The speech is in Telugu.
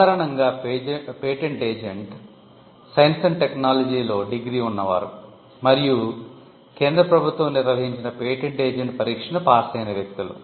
సాధారణంగా పేటెంట్ ఏజెంట్ సైన్స్ అండ్ టెక్నాలజీలో డిగ్రీ ఉన్నవారు మరియు కేంద్ర ప్రభుత్వం నిర్వహించిన పేటెంట్ ఏజెంట్ పరీక్షను పాస్ అయిన వ్యక్తులు